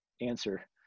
answer